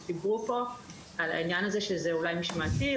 דיברו פה על העניין הזה שאולי זה משמעתי,